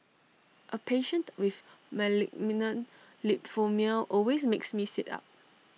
A patient with lymphoma always makes me sit up